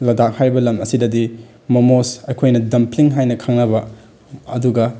ꯂꯗꯥꯛ ꯍꯥꯏꯔꯤꯕ ꯂꯝ ꯑꯁꯤꯗꯗꯤ ꯃꯃꯣꯁ ꯑꯩꯈꯣꯏꯅ ꯗꯝꯄ꯭ꯂꯤꯡ ꯍꯥꯏꯅ ꯈꯪꯅꯕ ꯑꯗꯨꯒ